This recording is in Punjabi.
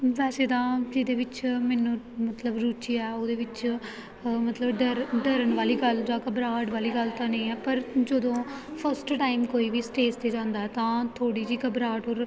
ਵੈਸੇ ਤਾਂ ਜਿਹਦੇ ਵਿੱਚ ਮੈਨੂੰ ਮਤਲਬ ਰੁਚੀ ਹੈ ਉਹਦੇ ਵਿੱਚ ਮਤਲਬ ਡਰ ਡਰਨ ਵਾਲੀ ਗੱਲ ਜਾਂ ਘਬਰਾਹਟ ਵਾਲੀ ਗੱਲ ਤਾਂ ਨਹੀਂ ਹੈ ਪਰ ਜਦੋਂ ਫਸਟ ਟਾਈਮ ਕੋਈ ਵੀ ਸਟੇਜ 'ਤੇ ਜਾਂਦਾ ਤਾਂ ਥੋੜ੍ਹੀ ਜਿਹੀ ਘਬਰਾਹਟ ਔਰ